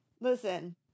Listen